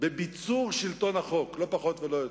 בביצור שלטון החוק, לא פחות ולא יותר.